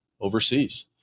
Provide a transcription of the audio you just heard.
overseas